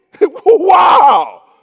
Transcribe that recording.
Wow